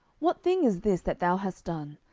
what thing is this that thou hast done?